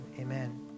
Amen